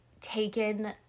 taken